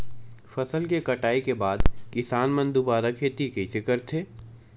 फसल के कटाई के बाद किसान मन दुबारा खेती कइसे करथे?